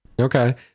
Okay